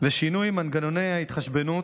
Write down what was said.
ושינוי מנגנוני ההתחשבנות.